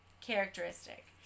characteristic